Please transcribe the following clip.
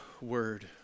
word